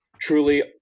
truly